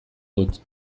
dut